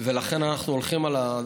ולכן אנחנו הולכים על,